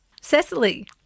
Cecily